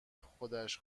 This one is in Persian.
خودش